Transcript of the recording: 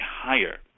higher